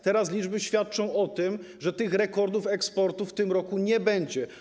Teraz liczby świadczą o tym, że rekordu eksportu w tym roku nie będzie.